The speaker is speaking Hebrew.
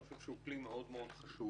אני חושב שהוא כלי מאוד חשוב.